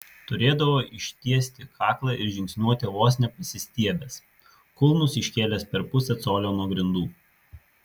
turėdavo ištiesti kaklą ir žingsniuoti vos ne pasistiebęs kulnus iškėlęs per pusę colio nuo grindų